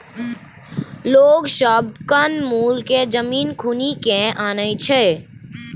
लोग सब कंद मूल केँ जमीन खुनि केँ आनय छै